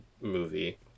movie